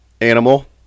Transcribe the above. Animal